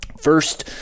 first